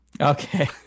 Okay